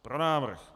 Pro návrh.